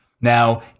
Now